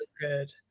Good